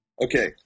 Okay